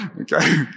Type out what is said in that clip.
Okay